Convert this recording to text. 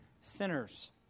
sinners